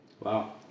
Wow